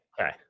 Okay